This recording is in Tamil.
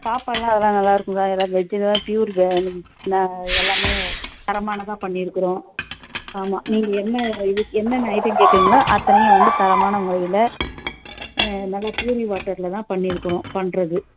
சாப்பாடெலாம் அதெலாம் நல்லா இருக்கும் சார் எல்லாம் வெஜ்ஜு தான் ப்யூர் எல்லாமே தரமானதாக பண்ணியிருக்குறோம் ஆமாம் நீங்கள் என்ன இது என்னென்ன ஐட்டோம் கேட்கறீங்களோ அத்தனையும் வந்து தரமான முறையில் நல்ல ப்யூர்லி வாட்டரில் தான் பண்ணியிருக்குறோம் பண்ணுறது